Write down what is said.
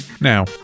Now